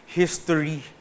history